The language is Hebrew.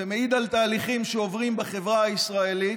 ומעיד על תהליכים שעוברים בחברה הישראלית,